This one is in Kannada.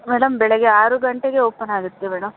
ಮೇಡಮ್ ಬೆಳಗ್ಗೆ ಆರು ಗಂಟೆಗೆ ಓಪನ್ ಆಗುತ್ತೆ ಮೇಡಮ್